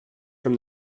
from